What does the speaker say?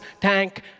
tank